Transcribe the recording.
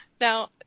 Now